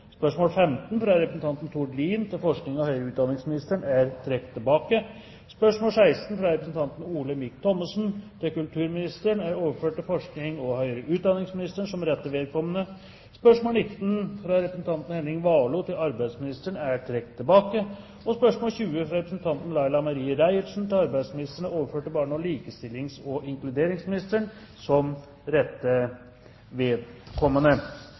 spørsmål 3, som skal besvares av samme statsråd. Spørsmål 15, fra representanten Tord Lien til forsknings- og høyere utdanningsministeren, er trukket tilbake. Spørsmål 16, fra representanten Olemic Thommessen til kulturministeren, er overført til forsknings- og høyere utdanningsministeren som rette vedkommende. Spørsmål 19, fra representanten Henning Warloe til arbeidsministeren, er trukket tilbake. Spørsmål 20, fra representanten Laila Marie Reiertsen til arbeidsministeren, er overført til barne-, likestillings- og inkluderingsministeren som rette vedkommende.